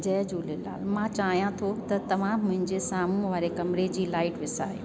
जय झूलेलाल मां चाहियां थो त तव्हां मुंहिंजे साम्हूं वारे कमिरे जी लाइट विसायो